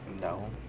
No